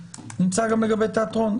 נמצא גם לגבי תיאטרון.